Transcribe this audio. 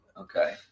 okay